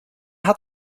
hat